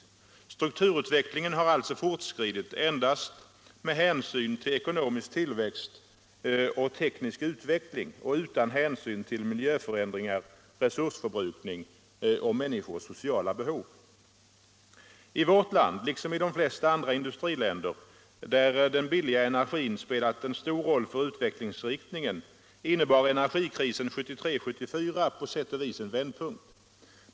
Strukturutvecklingen har alltså fortskridit endast med hänsyn till ekonomisk tillväxt och teknisk utveckling och utan hänsyn till miljöförändringar, resursförbrukning och människors sociala behov. I vårt land, liksom i de flesta andra industriländer, där den billiga energin spelat en stor roll för utvecklingsriktningen, innebar energikrisen 1973-1974 på sätt och vis en vändpunkt.